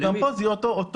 גם פה זה יהיה אותו דבר.